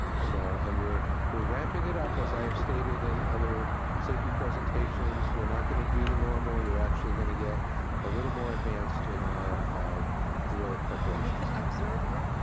so and we're we're ramping it up, as i have stated in other safety presentations. we're not gonna do the normal. we're actually gonna get a little more advanced in our drill preparations. can we like observe you?